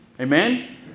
Amen